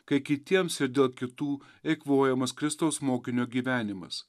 kai kitiems ir dėl kitų eikvojamas kristaus mokinio gyvenimas